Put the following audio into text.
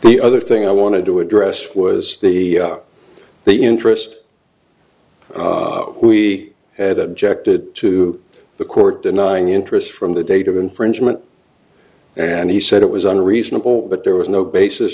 the other thing i wanted to address was the the interest we had objected to the court denying interest from the date of infringement and he said it was unreasonable but there was no basis